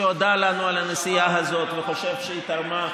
שהודה לנו על הנסיעה הזאת וחושב שהיא תרמה,